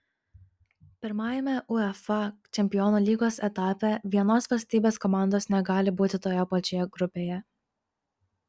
pirmajame uefa čempionų lygos etape vienos valstybės komandos negali būti toje pačioje grupėje